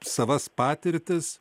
savas patirtis